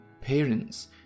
parents